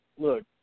Look